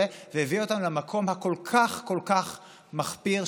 והביאה אותנו למקום הכל-כך כל כך מחפיר,